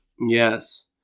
yes